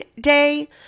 day